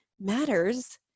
matters